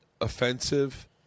offensive